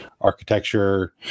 architecture